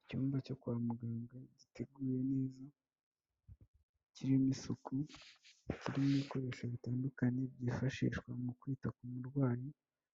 Icyumba cyo kwa muganga giteguye neza kirimo isuku kirimo ibikoresho bitandukanye byifashishwa mu kwita ku murwayi,